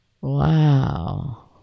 Wow